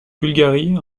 bulgarie